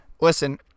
listen